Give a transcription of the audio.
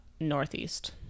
Northeast